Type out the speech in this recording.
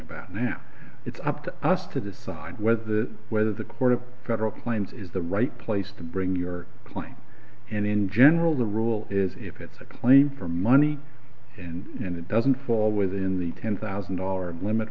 about now it's up to us to decide whether the whether the court of federal claims is the right place to bring your claim and in general the rule is if it's a claim for money and it doesn't fall within the ten thousand dollar limit